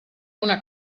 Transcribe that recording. una